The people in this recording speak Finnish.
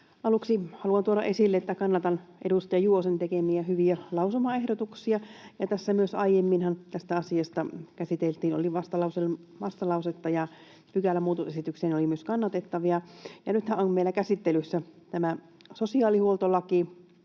Aluksi haluan tuoda esille, että kannatan edustaja Juvosen tekemiä hyviä lausumaehdotuksia. Myös aiemminhan tästä asiasta käsiteltiin vastalausetta ja pykälämuutosesityksiä, ja ne olivat myös kannatettavia, ja nythän on meillä käsittelyssä tämä sosiaalihuoltolaki